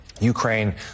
ukraine